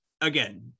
again